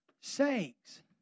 sakes